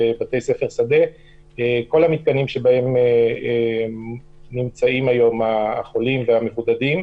בתי ספר שדה וכל המתקנים שבהם נמצאים היום החולים והמבודדים.